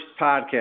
podcast